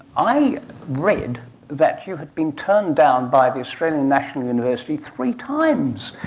i read that you had been turned down by the australian national university three times,